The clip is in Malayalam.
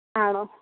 ആണോ